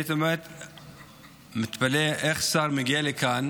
אני תמיד מתפלא איך שר מגיע לכאן